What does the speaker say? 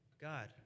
God